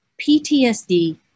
PTSD